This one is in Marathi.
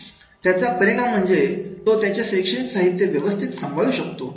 याचा परिणाम म्हणजे तो त्याच्या शैक्षणिक साहित्य व्यवस्थित सांभाळू शकतो